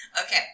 Okay